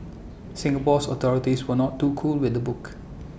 Singapore's authorities were not too cool with the book